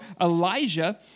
Elijah